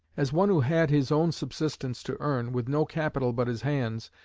as one who had his own subsistence to earn, with no capital but his hands,